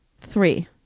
three